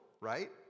right